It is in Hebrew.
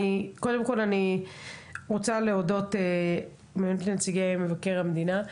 קודם כל אני רוצה להודות לנציגי מבקר המדינה,